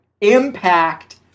Impact